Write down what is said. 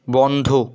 বন্ধ